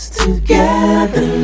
together